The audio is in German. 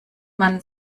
man